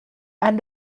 and